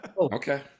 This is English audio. Okay